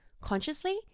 consciously